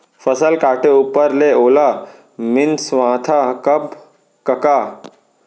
फसल काटे ऊपर ले ओला मिंसवाथा कब कका?